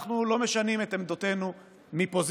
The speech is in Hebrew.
אנחנו לא משנים את עמדותינו מפוזיציה.